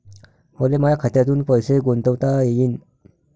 मले माया खात्यातून पैसे कसे गुंतवता येईन?